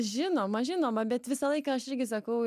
žinoma žinoma bet visą laiką aš irgi sakau